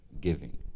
giving